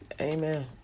amen